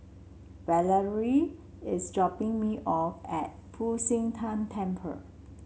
Valeria is dropping me off at Fu Xi Tang Temple